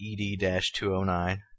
ED-209